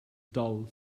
dull